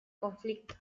conflicto